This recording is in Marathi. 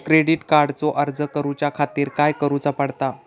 क्रेडिट कार्डचो अर्ज करुच्या खातीर काय करूचा पडता?